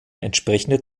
entsprechende